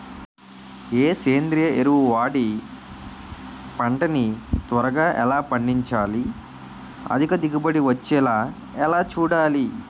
ఏ సేంద్రీయ ఎరువు వాడి పంట ని త్వరగా ఎలా పండించాలి? అధిక దిగుబడి వచ్చేలా ఎలా చూడాలి?